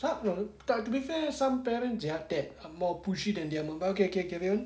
not all but to be fair some parents gel that more pushy than okay okay okay carry on